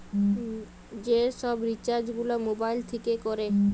যে সব রিচার্জ গুলা মোবাইল থিকে কোরে